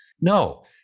No